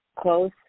close